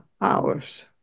hours